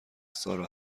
سارا